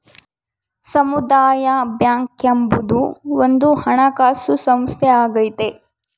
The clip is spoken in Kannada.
ಸಮುದಾಯ ಬ್ಯಾಂಕ್ ಎಂಬುದು ಒಂದು ಹಣಕಾಸು ಸಂಸ್ಥೆಯಾಗೈತೆ